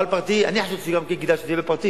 לא על פרטי, אני חושב שגם כן כדאי שזה יהיה בפרטי.